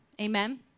Amen